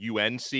UNC